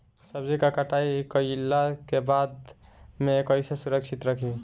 सब्जी क कटाई कईला के बाद में कईसे सुरक्षित रखीं?